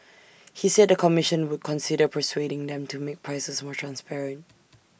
he said the commission would consider persuading them to make prices more transparent